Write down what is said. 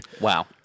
Wow